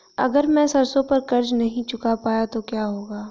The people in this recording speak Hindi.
अगर मैं समय पर कर्ज़ नहीं चुका पाया तो क्या होगा?